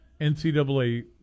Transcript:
NCAA